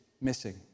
missing